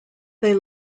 they